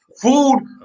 Food